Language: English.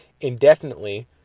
indefinitely